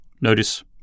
Notice